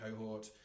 cohort